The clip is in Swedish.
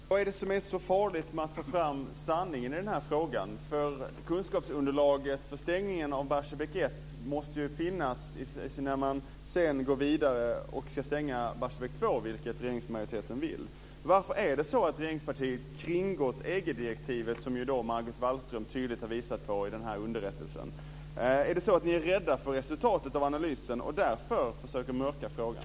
Herr talman! Vad är det som är så farligt med att få fram sanningen i denna fråga? Kunskapsunderlaget för stängningen av Barsebäck 1 måste ju finnas när man sedan går vidare och ska stänga Barsebäck 2, vilket regeringsmajoriteten vill. Varför har regeringspartiet kringgått EG-direktivet som Margot Wallström tydligt har visat på i denna underrättelse? Är ni rädda för resultatet av analysen och därför försöker mörka frågan?